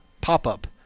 pop-up